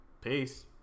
peace